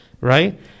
Right